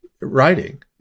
writing